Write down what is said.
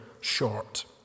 short